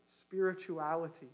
spirituality